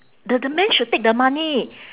the the man should take the money